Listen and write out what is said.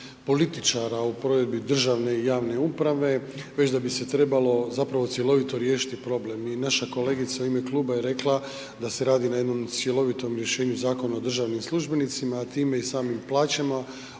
političara o provedbi državne i javne uprave već da bi se trebalo zapravo cjelovito riješiti problem. I naša kolegica u ime kluba je rekla da se radi na jednom cjelovitom rješenju Zakona o državnim službenicima a time i samim plaćama